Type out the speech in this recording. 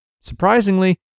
Surprisingly